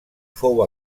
fou